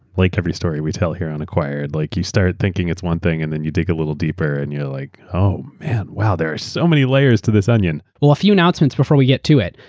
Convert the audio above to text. like every story we tell here on acquired, like you start thinking it's one thing and then you dig a little deeper and you're like, oh, man, wow. there are so many layers to this onion. a few announcements before we get to it.